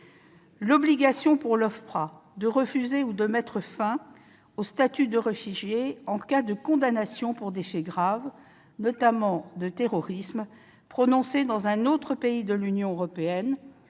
réfugiés et apatrides, de refuser ou de mettre fin au statut de réfugié en cas de condamnations pour des faits graves, notamment de terrorisme, prononcées dans un autre pays de l'Union européenne,